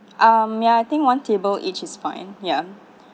um ya I think one table each is fine ya